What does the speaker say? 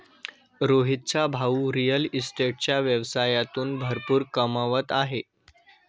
रोहितचा भाऊ रिअल इस्टेटच्या व्यवसायातून भरपूर कमवत आहे